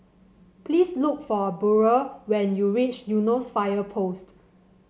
please look for Burrel when you reach Eunos Fire Post